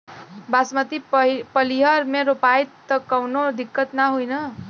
बासमती पलिहर में रोपाई त कवनो दिक्कत ना होई न?